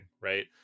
right